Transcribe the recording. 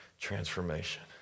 transformation